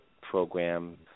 program